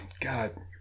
God